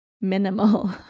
minimal